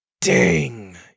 Dang